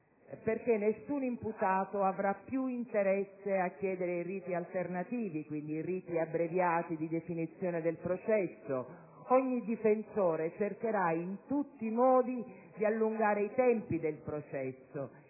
perché nessun imputato avrà più interesse a chiedere riti alternativi, quindi riti abbreviati di definizione del processo: ogni difensore cercherà in tutti i modi di allungare i tempi del processo,